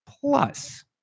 Plus